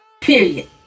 Period